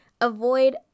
avoid